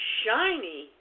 shiny